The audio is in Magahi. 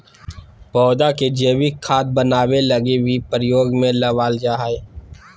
पौधा के जैविक खाद बनाबै लगी भी प्रयोग में लबाल जा हइ